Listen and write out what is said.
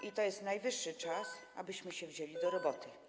I to jest najwyższy czas, abyśmy się wzięli do roboty.